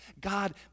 God